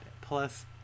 plus